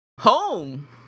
Home